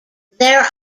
there